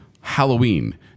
Halloween